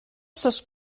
sos